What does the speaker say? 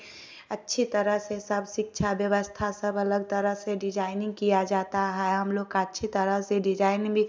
अच्छी तरह से सब शिक्षा व्यवस्था सब अलग तरह से डिजाईनिग किया जाता है हम लोग का अच्छी तरह से डिजाईन भी